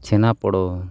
ᱪᱷᱮᱱᱟ ᱯᱚᱲᱚ